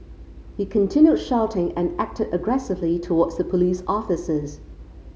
he continued shouting and acted aggressively towards the police officers